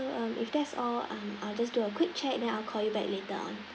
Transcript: so um if that's all um I'll just do a quick check then I'll call you back later on